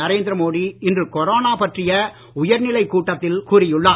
நரேந்திர மோடி இன்று கொரோனா பற்றிய உயர்நிலைக் கூட்டத்தில் கூறியுள்ளார்